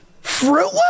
fruit